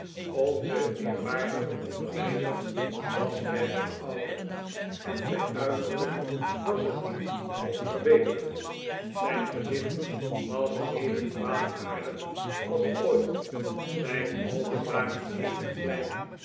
onze eerwaardige onderwijzer was sterk verouderd en zijn uiterlijk was er niet op verbeterd zijn gezicht was evenkwaadaardig als ooit zijn oogen waren even klein